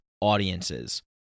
audiences